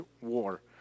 war